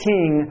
King